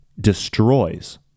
destroys